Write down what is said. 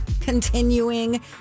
continuing